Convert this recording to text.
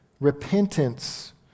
repentance